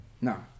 Now